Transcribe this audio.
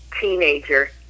teenager